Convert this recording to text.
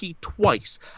twice